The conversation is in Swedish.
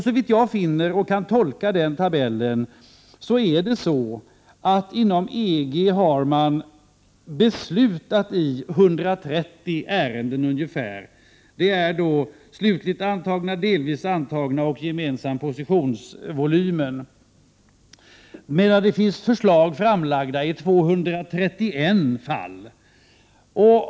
Såvitt jag kan tolka tabellen är det så att man inom EG har beslutat i ungefär 130 ärenden — slutligt antagna, delvis antagna och en gemensam positionsvolym — medan det finns förslag framlagda i 231 fall.